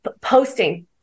posting